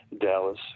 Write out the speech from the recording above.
Dallas